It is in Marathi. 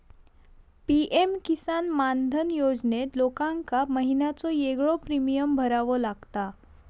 पी.एम किसान मानधन योजनेत लोकांका महिन्याचो येगळो प्रीमियम भरावो लागता